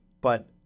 but-